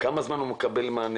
תוך כמה זמן הוא מקבל מענה,